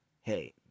hey